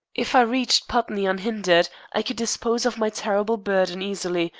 if i reached putney unhindered, i could dispose of my terrible burden easily,